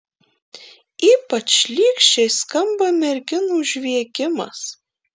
ypač šlykščiai skamba merginų žviegimas